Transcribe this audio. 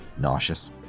nauseous